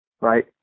right